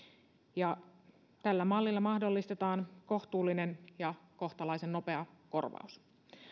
tällä mallilla mahdollistetaan kohtuullinen ja kohtalaisen nopea korvaus